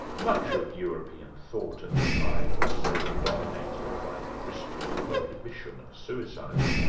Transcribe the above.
much of european thought at the time was still dominated by the christian prohibition of suicide.